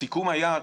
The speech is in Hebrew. הסיכום היה,